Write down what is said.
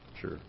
sure